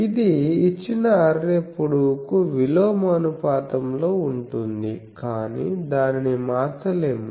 ఇది ఇచ్చిన అర్రే పొడవుకు విలోమానుపాతంలో ఉంటుంది కానీ దానిని మార్చలేము